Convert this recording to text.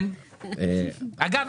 אגב,